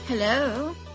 Hello